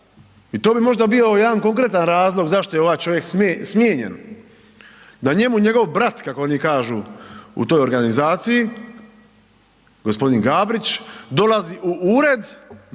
i to bi možda bio jedan konkretan razlog zašto je ovaj čovjek smijenjen, da njemu njegov brat, kako oni kažu u toj organizaciji, g. Gabrić dolazi u ured,